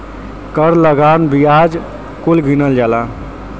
कर लगान बियाज कुल गिनल जाला